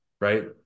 right